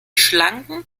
schlanken